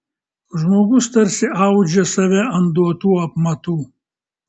žmogus tarsi audžia save ant duotų apmatų